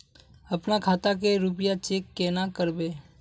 अपना खाता के रुपया चेक केना करबे?